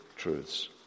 truths